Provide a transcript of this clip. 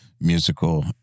musical